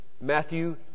Matthew